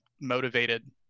motivated